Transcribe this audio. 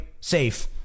safe